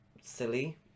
silly